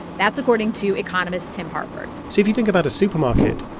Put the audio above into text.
that's according to economist tim harford so if you think about a supermarket,